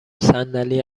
صندلی